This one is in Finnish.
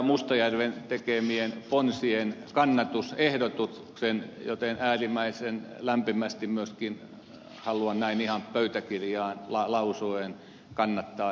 mustajärven tekemien ponsien kannatusehdotuksen joten äärimmäisen lämpimästi myöskin haluan näin ihan pöytäkirjaan lausuen kannattaa ed